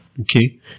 Okay